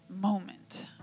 moment